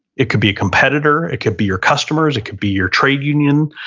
it could be a competitor, it could be your customers, it could be your trade union,